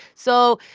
so,